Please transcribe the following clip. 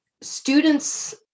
students